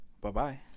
Bye-bye